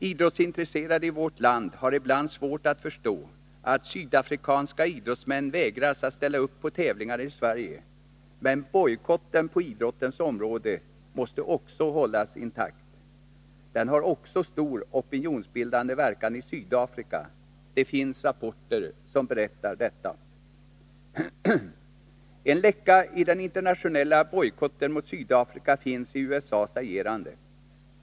Idrottsintresserade i vårt land har ibland svårt att förstå att sydafrikanska idrottsmän vägras att ställa upp på tävlingar i Sverige, men bojkotten på idrottens område måste också hållas intakt. Den har även stor opinionsbildande verkan i Sydafrika; det finns rapporter som berättar om detta. En läcka i den internationella bojkotten mot Sydafrika finns i USA:s agerande.